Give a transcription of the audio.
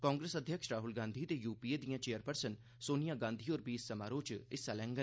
कांग्रेस अध्यक्ष राहुल गांधी ते यूपीए दिआं चेयरपर्सन सोनिया गांधी होर बी इस समारोह च हिस्सा लैङन